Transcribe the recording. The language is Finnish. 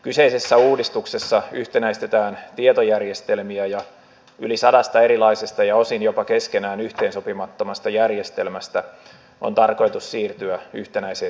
kyseisessä uudistuksessa yhtenäistetään tietojärjestelmiä ja yli sadasta erilaisesta ja osin jopa keskenään yhteensopimattomasta järjestelmästä on tarkoitus siirtyä yhtenäiseen tietojärjestelmään